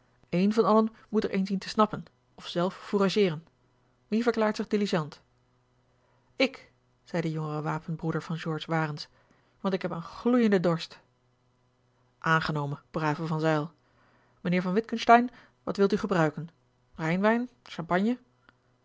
een van allen moet er een zien te snappen of zelf fourageeren wie verklaart zich diligent ik zei de jongere wapenbroeder van george warens want ik heb een gloeienden dorst aangenomen brave van zijl mijnheer van witgensteyn wat wilt gij gebruiken rijnwijn champagne